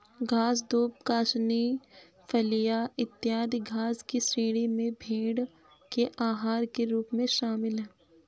घास, दूब, कासनी, फलियाँ, इत्यादि घास की श्रेणी में भेंड़ के आहार के रूप में शामिल है